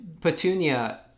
petunia